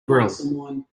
grill